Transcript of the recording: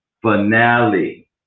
finale